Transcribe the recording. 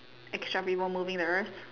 extra people moving the earth